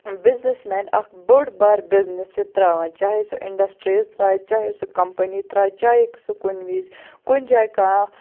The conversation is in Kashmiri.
بِزنٮ۪س مین اکھ بوٚڑ بار بِزنٮ۪س چھُ تراوان چاہے سُہ اِنڈَسٹڑیٖز تراوٕ چاہے سُہ کَمپٔنی ترایہِ چاہے سُہ کُنہِ وِز کُنہِ جایہِ کانٛہہ